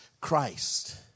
Christ